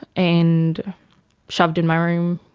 and shoved in my room,